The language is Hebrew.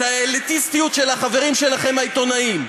את האליטיסטיות של החברים שלכם העיתונאים.